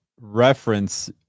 reference